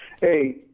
Hey